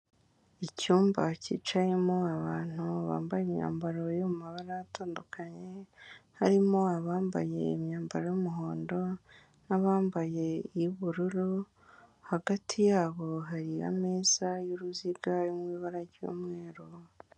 Icyumba cyicayemo abantu bambaye imyambaro yo mu mabara atandukanye, harimo abambaye imyambaro y'umuhondo n'abambaye iy'ubururu, hagati yabo hari ameza y'uruziga ari mu ibara ry'umweru.